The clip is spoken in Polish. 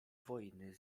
wojny